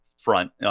front